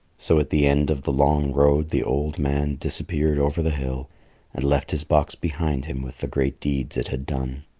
so at the end of the long road the old man disappeared over the hill and left his box behind him with the great deeds it had done.